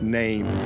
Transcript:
name